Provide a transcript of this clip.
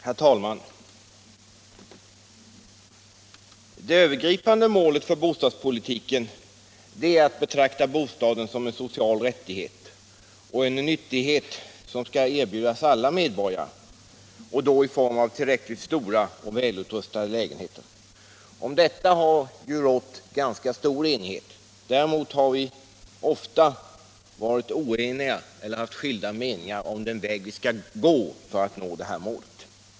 Herr talman! Det övergripande målet för bostadspolitiken är att betrakta bostaden som en social rättighet och en nyttighet som skall erbjudas alla medborgare och då i form av tillräckligt stora och välutrustade lägenheter. Om detta har det rått ganska stor enighet. Däremot har vi ofta haft skilda meningar om den väg vi skall gå för att nå det här målet.